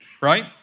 Right